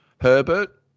Herbert